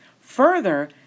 Further